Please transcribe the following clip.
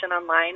online